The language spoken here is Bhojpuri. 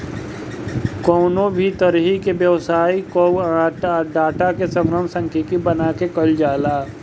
कवनो भी तरही के व्यवसाय कअ डाटा के संग्रहण सांख्यिकी बना के कईल जाला